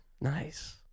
Nice